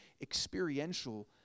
experiential